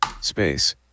Space